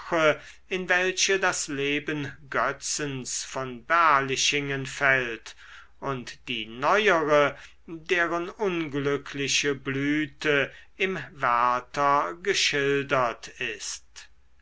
in welche das leben götzens von berlichingen fällt und die neuere deren unglückliche blüte im werther geschildert ist